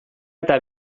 eta